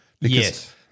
Yes